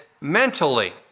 mentally